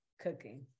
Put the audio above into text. Cooking